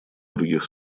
других